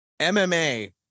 MMA